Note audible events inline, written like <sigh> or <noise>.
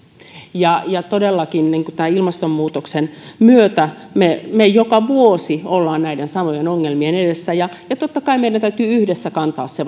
ja ja todellakin tämän ilmastonmuutoksen myötä me me joka vuosi olemme näiden samojen ongelmien edessä ja ja totta kai meidän täytyy yhdessä kantaa se <unintelligible>